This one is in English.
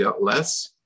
less